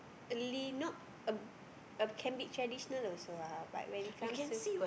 really not uh can be traditional also ah but when it comes to